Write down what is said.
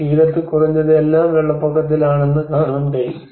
തീരത്ത് കുറഞ്ഞത് എല്ലാം വെള്ളപ്പൊക്കത്തിലാണെന്ന് കാണുവാൻ കഴിയും